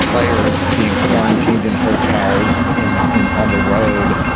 players being quarantined in hotels in in on the road,